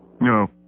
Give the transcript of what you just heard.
No